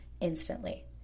instantly